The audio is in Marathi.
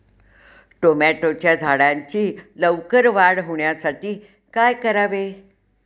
टोमॅटोच्या झाडांची लवकर वाढ होण्यासाठी काय करावे?